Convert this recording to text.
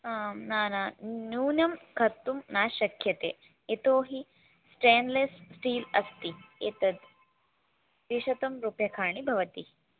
आं न न न्यूनं कर्तुं न शक्यते यतो हि स्टेन् लेस् स्टील् अस्ति एतत् द्विशतं रूप्यकाणि भवति